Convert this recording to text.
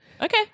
Okay